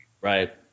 Right